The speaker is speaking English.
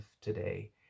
today